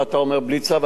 ואתה אומר בלי צו,